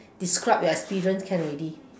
describe your experience can ready